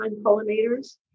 pollinators